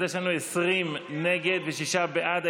אז יש לנו 20 נגד, שישה בעד.